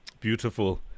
Beautiful